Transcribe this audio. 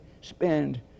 spend